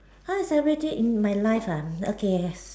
how's everything in my life ah okay